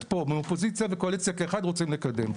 פה מהאופוזיציה והקואליציה כאחד רוצים לקדם.